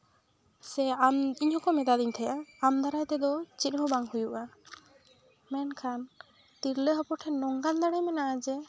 ᱥᱮ ᱟᱢ ᱤᱧ ᱦᱚᱸᱠᱚ ᱢᱮᱛᱟᱫᱤᱧ ᱛᱟᱦᱮᱸᱜᱼᱟ ᱟᱢ ᱫᱟᱨᱟᱭ ᱛᱮᱫᱚ ᱪᱮᱫ ᱦᱚᱸ ᱵᱟᱝ ᱦᱩᱭᱩᱜᱼᱟ ᱢᱮᱱᱠᱷᱟᱱ ᱛᱤᱨᱞᱟᱹ ᱦᱚᱯᱚᱱᱴᱷᱮᱱ ᱱᱚᱝᱠᱟᱱ ᱫᱟᱲᱮ ᱢᱮᱱᱟᱜᱼᱟ ᱡᱮ